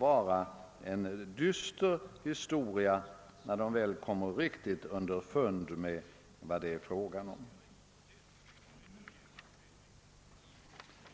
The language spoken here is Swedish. som en dyster historia när de riktigt kommer underfund med vad det är fråga om.